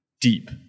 deep